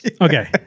Okay